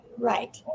right